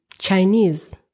Chinese